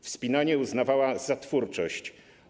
Wspinanie uznawała za twórczość.